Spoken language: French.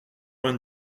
vingt